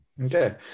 Okay